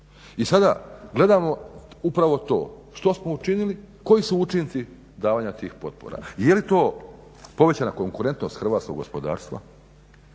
I sada gledamo upravo to što smo učinili, koji su učinci davanja tih potpora, je li to povećana konkurentnost hrvatskog gospodarstva,